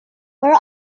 were